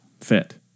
fit